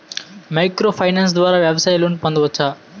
Micro finance ద్వారా వ్యవసాయ loan పొందవచ్చా?